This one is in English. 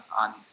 on